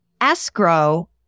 escrow